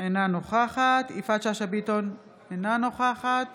אינה נוכחת יפעת שאשא ביטון, אינה נוכחת